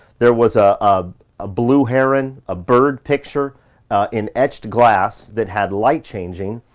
there was ah ah a blue heron, a bird picture in etched glass that had light changing.